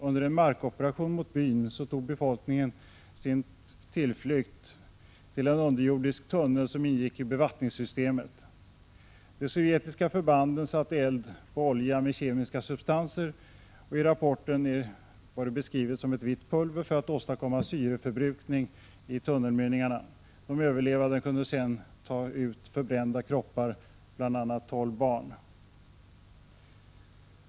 Under en markoperation mot byn tog befolkningen till flykten och gömde sig i en underjordisk tunnel som ingick i bevattningssystemet. De sovjetiska förbanden satte eld på olja med hjälp av kemiska substanser, som i rapporten beskrivs som ett vitt pulver, för att åstadkomma syreförbrukning i tunnelmynningarna. De överlevande kunde senare ta ut de förbrända kropparna, bl.a. tolv barn.